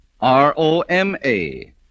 R-O-M-A